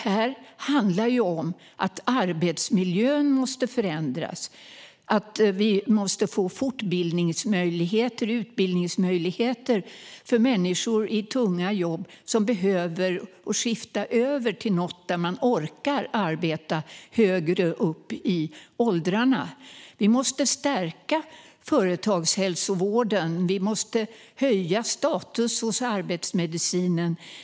Här handlar det om att arbetsmiljön måste förändras och att det måste bli fortbildnings och utbildningsmöjligheter för människor i tunga jobb som behöver skifta över till något där de orkar arbeta högre upp i åldrarna. Vi måste stärka företagshälsovården, och vi måste höja statusen hos arbetsmedicinen.